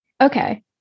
Okay